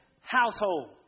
household